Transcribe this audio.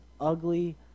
ugly